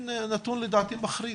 לדעתי זה נתון מחריד.